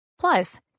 plus